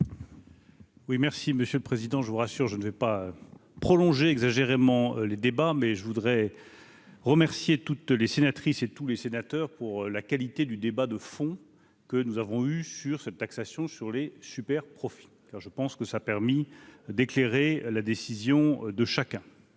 Oui, merci Monsieur le Président, je vous rassure, je ne vais pas prolonger exagérément les débats, mais je voudrais remercier toutes les sénatrices et tous les sénateurs pour la qualité du débat de fond que nous avons eu sur cette taxation sur les super-profits alors je pense que ça a permis d'éclairer la décision de chacun,